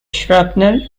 shrapnel